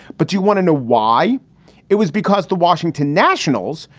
but do you want to know why it was because the washington nationals,